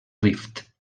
rift